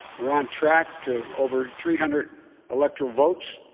we're on track to over three hundred electoral votes,